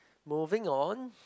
moving on